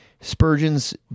Spurgeon's